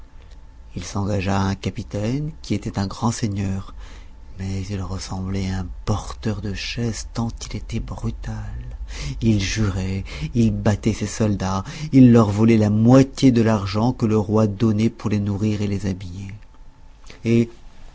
il s'engagea à un capitaine qui était un grand seigneur mais il ressemblait à un porteur de chaise tant il était brutal il jurait il battait ses soldats il leur volait la moitié de l'argent que le roi donnait pour les nourrir et les habiller et